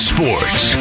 Sports